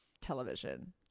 television